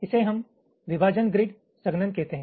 इसे हम विभाजन ग्रिड संघनन कहते हैं